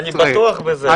אני בטוח בזה, אין ספק.